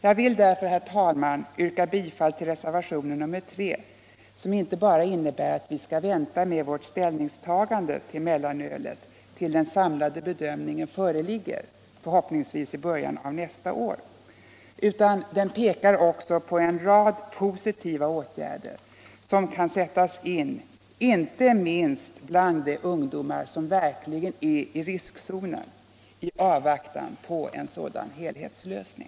Jag vill därför, herr talman, yrka bifall till reservationen 3 som inte bara innebär att vi skall vänta med vårt ställningstagande till mellanölet tills den samlade bedömningen föreligger, förhoppningsvis i början på nästa år, utan också pekar på en rad positiva åtgärder som i avvaktan på en helhetslösning kan sättas in inte minst bland de ungdomar som verkligen är i riskzonen.